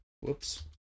whoops